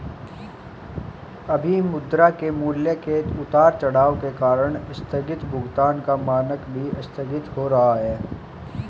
अभी मुद्रा के मूल्य के उतार चढ़ाव के कारण आस्थगित भुगतान का मानक भी आस्थगित हो रहा है